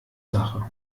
sache